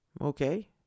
okay